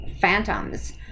phantoms